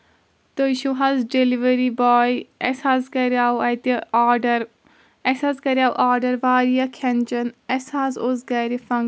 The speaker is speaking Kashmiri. تُہۍ چھِو حظ ڈیلیوری باے اسہِ حظ کریاو اتہِ آرڈر اسہِ حظ کریاو آرڈر واریاہ کھٮ۪ن چٮ۪ن اسہِ حظ اوس گرِ فنٛکشن